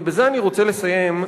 ובזה אני רוצה לסיים,